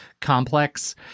complex